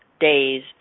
days